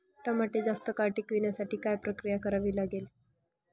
टमाटे जास्त काळ टिकवण्यासाठी काय प्रक्रिया करावी लागेल?